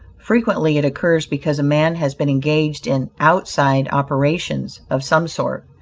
frequently it occurs because a man has been engaged in outside operations, of some sort.